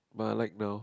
but I like now